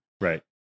Right